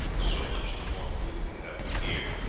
so much the more food have we here.